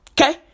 Okay